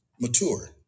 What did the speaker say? Mature